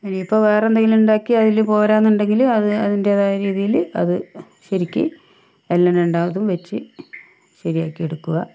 എനിയിപ്പോൾ വേറെയെന്തെങ്കിലും ഉണ്ടാക്കി അതിൽ പോരായെന്ന് ഉണ്ടെങ്കിൽ അതിന്റേതായ രീതിയിൽ അതു ശരിക്ക് എല്ലാം രണ്ടാമതും വച്ചു ശരിയാക്കി എടുക്കുക